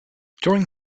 during